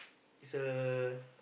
is a